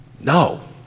No